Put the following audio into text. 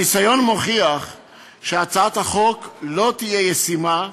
הניסיון מוכיח שהצעת החוק לא תהיה ישימה,